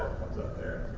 up there.